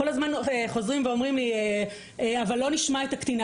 כל הזמן חוזרים ואומרים לי: אבל לא נשמע את הקטינה.